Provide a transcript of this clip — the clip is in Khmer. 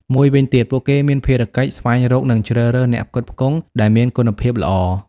មួយវិញទៀត ពួកគេមានភារកិច្ច ស្វែងរក និងជ្រើសរើសអ្នកផ្គត់ផ្គង់ ដែលមានគុណភាពល្អ។